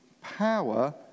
power